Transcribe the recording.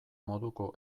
moduko